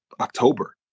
October